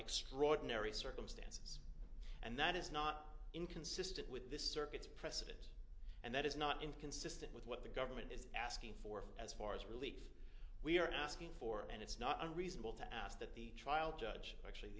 extraordinary circumstances and that is not inconsistent with the circuits present and that is not in concert with what the government is asking for as far as relief we are asking for and it's not unreasonable to ask that the trial judge actually